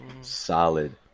solid